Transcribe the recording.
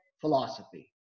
philosophy